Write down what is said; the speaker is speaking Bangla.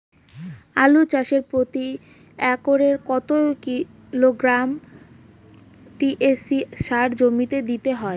আলু চাষে প্রতি একরে কত কিলোগ্রাম টি.এস.পি সার জমিতে দিতে হয়?